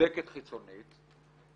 בודקת חיצונית.